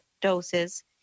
doses